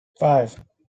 five